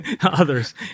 others